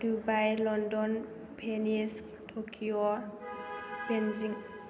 Dubai London Venice Tokyo Beijing